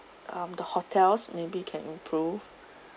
um the hotels may be can improved